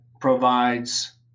provides